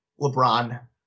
LeBron